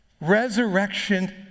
Resurrection